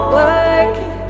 working